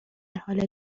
حال